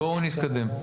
בואו נתקדם.